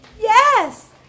Yes